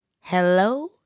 Hello